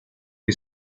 che